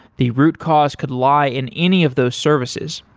the root cause could lie in any of those services.